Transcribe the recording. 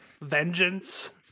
Vengeance